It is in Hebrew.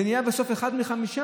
זה נהיה בסוף אחד מחמישה.